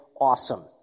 awesome